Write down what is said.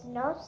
no